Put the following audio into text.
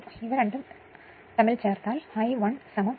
ഇവ രണ്ടും ചേർത്താൽ I1 20